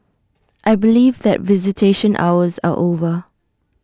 I believe that visitation hours are over